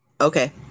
Okay